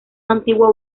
antiguo